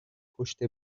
پشت